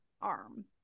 arm